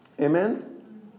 Amen